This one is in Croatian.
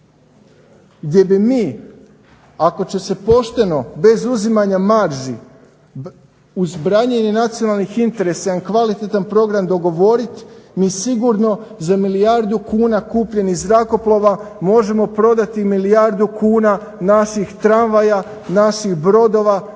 gdje bi mi ako će se pošteno bez uzimanja marži, uz branjenje nacionalnih interesa jedan kvalitetan program, dogovorit. Mi sigurno za milijardu kuna kupljenih zrakoplova možemo prodati milijardu kuna naših tramvaja, naših brodova,